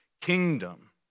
kingdom